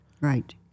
Right